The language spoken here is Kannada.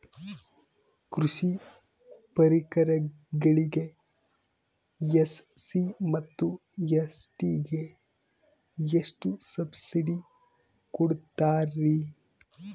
ಕೃಷಿ ಪರಿಕರಗಳಿಗೆ ಎಸ್.ಸಿ ಮತ್ತು ಎಸ್.ಟಿ ಗೆ ಎಷ್ಟು ಸಬ್ಸಿಡಿ ಕೊಡುತ್ತಾರ್ರಿ?